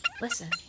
Listen